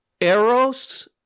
Eros